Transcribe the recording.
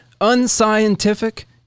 unscientific